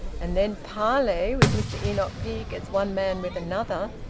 and then parley with mr enoch peake as one man with another!